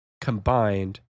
combined